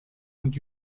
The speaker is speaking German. und